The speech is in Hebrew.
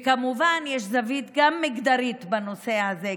אבל יש כמובן גם זווית מגדרית בנושא הזה,